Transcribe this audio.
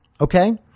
okay